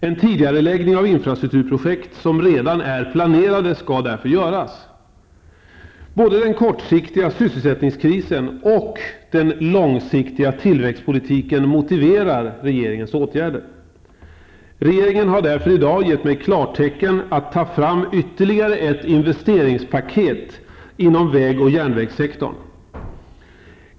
En tidigareläggning av infrastrukturprojekt som redan är planerade skall därför göras. Både den kortsiktiga sysselsättningskrisen och den långsiktiga tillväxtpolitiken motiverar regeringens åtgärder. Regeringen har därför i dag gett mig klartecken att ta fram ytterligare ett investeringspaket inom vägoch järnvägssektorn.